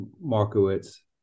Markowitz